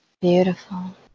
Beautiful